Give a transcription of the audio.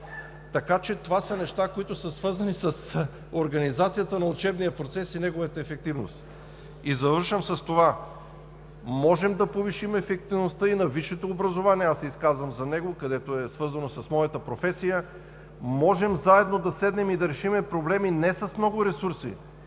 няма. Това са неща, свързани с организацията на учебния процес и неговата ефективност. Завършвам с това: можем да повишим ефективността и на висшето образование – аз се изказвам за него, тъй като е свързано с моята професия. Можем да седнем и заедно да решим проблемите не с много ресурс,